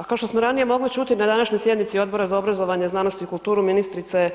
A kao što smo ranije mogli čuti da današnjoj sjednici Odbora za obrazovanje, znanost i kulturu ministrica je